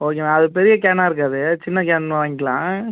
okay ma'am அது பெரிய கேனாக இருக்காது சின்ன கேன் வாங்கிலாம்